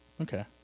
Okay